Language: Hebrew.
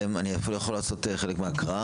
אני אתקדם, אני אפילו יכול לעשות חלק מההקראה.